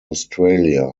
australia